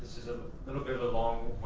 little bit of a long